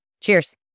Cheers